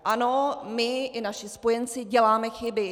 Ano, my i naši spojenci děláme chyby.